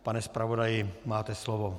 Pane zpravodaji, máte slovo.